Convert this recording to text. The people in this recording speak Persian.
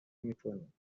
میکنیم